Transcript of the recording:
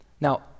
Now